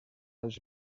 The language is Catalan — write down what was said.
els